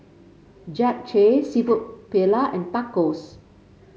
Japchae seafood Paella and Tacos